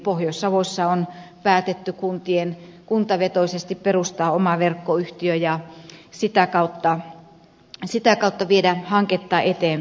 pohjois savossa on päätetty kuntavetoisesti perustaa oma verkkoyhtiö ja sitä kautta viedä hanketta eteenpäin